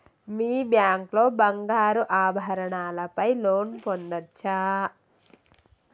మీ bank లో బంగారు ఆభరణాల పై లోన్ పొందచ్చా?